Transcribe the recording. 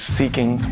seeking